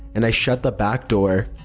and i shut the back door.